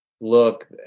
look